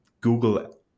Google